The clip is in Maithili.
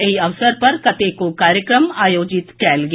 एहि अवसर पर कतेको कार्यक्रम आयोजित कयल गेल